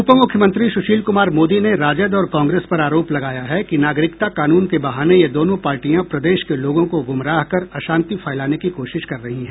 उपमुख्यमंत्री सुशील कुमार मोदी ने राजद और कांग्रेस पर आरोप लगाया है कि नागरिकता कानून के बहाने ये दोनों पार्टियां प्रदेश के लोगों को गुमराह कर अशांति फैलाने की कोशिश कर रही हैं